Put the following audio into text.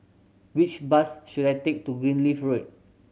which bus should I take to Greenleaf Road